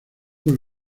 con